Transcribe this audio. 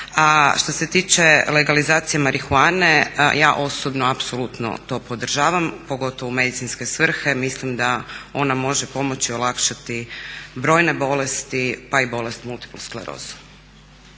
što se tiče legalizacije marihuane, ja osobno apsolutno to podržavam, pogotovo u medicinske svrhe. Mislim da ona može pomoći olakšati brojne bolesti pa i bolest multiplu sklerozu.